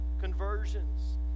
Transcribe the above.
conversions